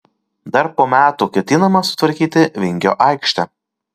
dar po metų ketinama sutvarkyti vingio aikštę